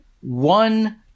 one